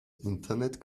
internet